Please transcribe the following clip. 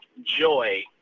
joy